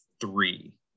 three